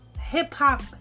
hip-hop